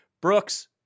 Brooks